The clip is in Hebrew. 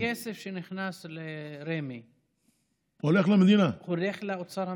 הכסף שנכנס לרמ"י הולך לאוצר המדינה?